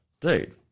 Dude